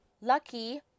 lucky